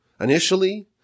Initially